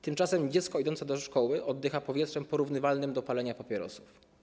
Tymczasem dziecko idące do szkoły oddycha powietrzem porównywalnym do palenia papierosów.